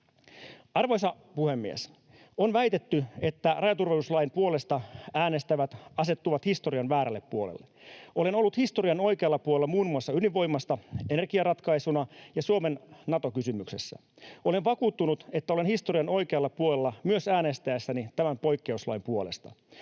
Arvoisa puhemies! On väitetty, että rajaturvallisuuslain puolesta äänestävät asettuvat historian väärälle puolelle. Olen ollut historian oikealla puolella muun muassa ydinvoimasta energiaratkaisuna ja Suomen Nato-kysymyksessä. Olen vakuuttunut, että olen historian oikealla puolella myös äänestäessäni tämän poikkeuslain puolesta.